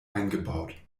eingebaut